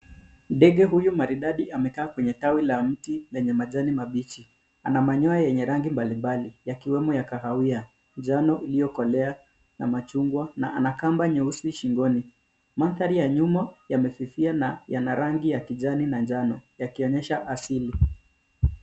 Ndege huyu maridadi amekaa kwenye tawi la mti lenye majani mabichi. Ana manyoya yenye rangi mbalimbali, yakiwemo ya kahawia, njano iliyokolea na machungwa na ana kamba nyeusi shingoni. Mandhari ya nyuma yamefifia na yana rangi ya kijani na njano yakionyesha asili.